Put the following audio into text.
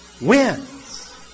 wins